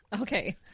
Okay